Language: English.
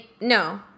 No